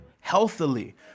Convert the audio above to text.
healthily